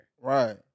Right